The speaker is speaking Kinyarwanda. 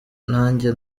nanjye